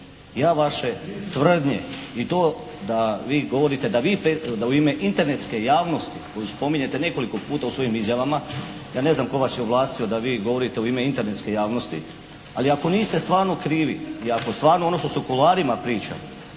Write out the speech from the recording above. Ja vaše tvrdnje i to da vi govorite da vi, da u ime internetske javnosti koju spominjete nekoliko puta u svojim izjavama, ja ne znam tko vas je ovlastio da vi govorite u ime internetske javnosti, ali ako niste stvarno krivi i ako stvarno ono što se u kuloarima priča